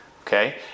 okay